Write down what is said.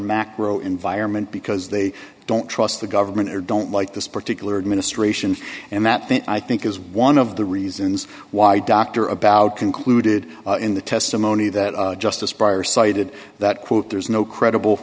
macro environment because they don't trust the government or don't like this particular administration and that i think is one of the reasons why dr about concluded in the testimony that justice pryor cited that quote there's no credible